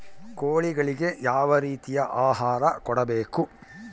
ಕೋಳಿಗಳಿಗೆ ಯಾವ ರೇತಿಯ ಆಹಾರ ಕೊಡಬೇಕು?